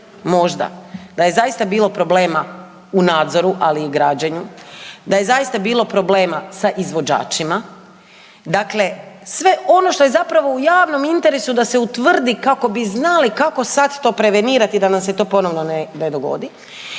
možda da je zaista bilo problema u nadzoru, ali i građenju, da je zaista bilo problema sa izvođačima. Dakle, sve ono što je zapravo u javnom interesu da se utvrdi kako bi znali kako sad to prevenirati da nam se to ponovo ne dogodi.